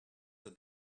the